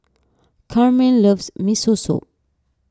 Carmen loves Miso Soup